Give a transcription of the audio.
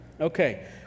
Okay